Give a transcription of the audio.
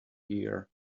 hear